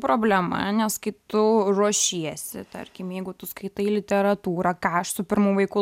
problema nes kai tu ruošiesi tarkim jeigu tu skaitai literatūrą ką aš su pirmu vaiku